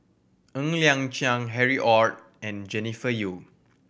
Ng Liang Chiang Harry Ord and Jennifer Yeo